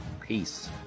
Peace